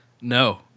No